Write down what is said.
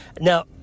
Now